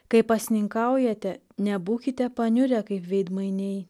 kai pasninkaujate nebūkite paniurę kaip veidmainiai